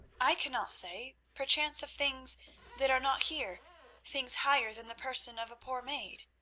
i cannot say. perchance of things that are not here things higher than the person of a poor maid.